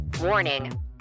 warning